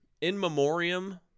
in-memoriam